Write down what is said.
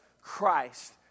Christ